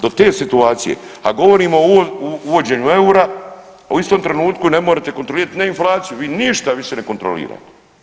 Do te situacije, a govorimo o uvođenju eura, u istom trenutku ne morete kontrolirati, ne inflaciju, vi ništa više ne kontrolirate.